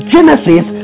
Genesis